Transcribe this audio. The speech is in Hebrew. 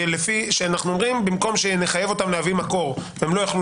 אנחנו אומרים שבמקום שנחייב אותם להביא מקור והם לא יכולים